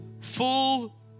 full